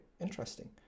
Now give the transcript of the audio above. interesting